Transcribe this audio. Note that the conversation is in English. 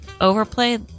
overplay